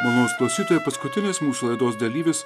malonūs klausytojai paskutinis mūsų laidos dalyvis